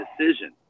decision